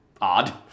odd